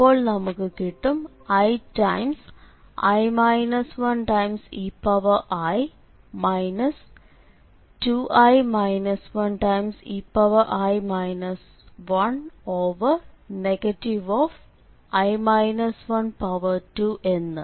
അപ്പോൾ നമുക്ക് കിട്ടും iei i 12 എന്ന്